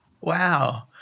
Wow